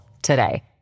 Today